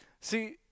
See